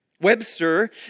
Webster